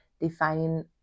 defining